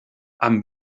amb